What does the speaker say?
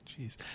Jeez